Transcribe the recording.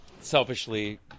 selfishly